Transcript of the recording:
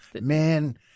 man